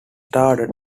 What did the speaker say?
started